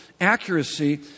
accuracy